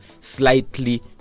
slightly